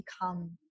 become